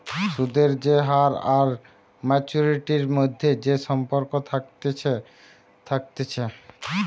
সুদের যে হার আর মাচুয়ারিটির মধ্যে যে সম্পর্ক থাকছে থাকছে